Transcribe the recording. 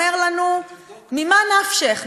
אומר לנו: ממה נפשך,